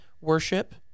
worship